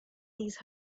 these